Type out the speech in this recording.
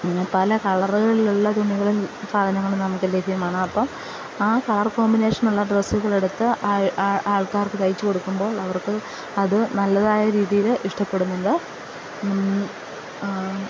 പിന്നെ പല കളറുകളിലുള്ള തുണികളും സാധനങ്ങളും നമുക്ക് ലഭ്യമാണ് അപ്പോള് ആ കളർ കോമ്പിനേഷനുള്ള ഡ്രസ്സുകള് എടുത്ത് ആൾക്കാർക്ക് തയ്ച്ചു കൊടുക്കുമ്പോൾ അവർക്ക് അത് നല്ലതായ രീതിയില് ഇഷ്ടപ്പെടുന്നുണ്ട്